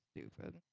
Stupid